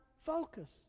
focus